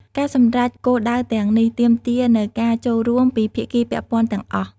ការសម្រេចគោលដៅទាំងនេះទាមទារនូវការចូលរួមពីភាគីពាក់ព័ន្ធទាំងអស់។